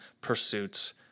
pursuits